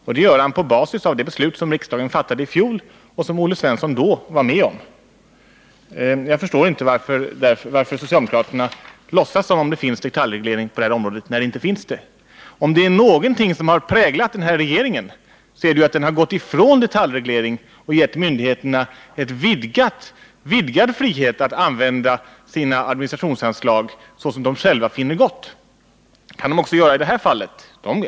Och det gör han på basis av det beslut som riksdagen fattade i fjol och som Olle Svensson då var med om. Jag förstår inte varför socialdemokraterna låtsas som om det finns en detaljregel på det här området, när det inte finns någon. Om det är någonting som har präglat den här regeringen, så är det ju att den gått ifrån detaljreglering och gett myndigheterna vidgad frihet att använda sina administrationsanslag så som de själva finner för gott. Det kan de också göra i det här fallet.